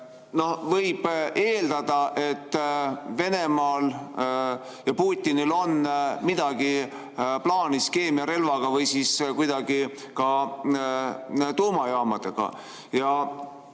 Võib eeldada, et Venemaal ja Putinil on midagi plaanis keemiarelvaga või kuidagi ka tuumajaamadega.